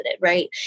right